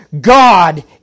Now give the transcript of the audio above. God